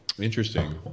Interesting